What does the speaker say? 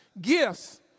gifts